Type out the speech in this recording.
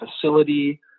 facility